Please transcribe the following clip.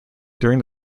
during